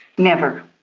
never.